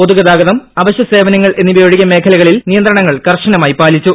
പൊതുഗതാഗതം അവശ്യസേവനങ്ങൾ എന്നിവയൊഴികെ മേഖലകളിൽ നിയന്ത്രണങ്ങൾ കർശനമായി പാലിച്ചു